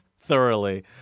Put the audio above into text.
thoroughly